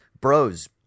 bros